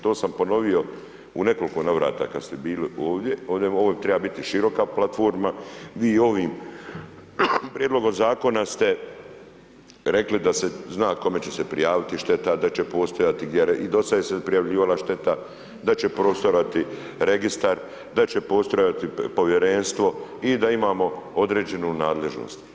To sam ponovio u nekoliko navrata kad ste bili ovdje, ovdje treba biti široka platforma, vi ovim prijedlogom zakona ste rekli da se zna kome će se prijaviti šteta, da će postojati gdje se i do sada se prijavljivala šteta, da će postojati Registar, da će postojati povjerenstvo i da imamo određenu nadležnost.